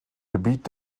gebiet